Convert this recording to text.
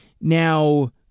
Now